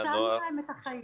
שהצלנו להם את החיים.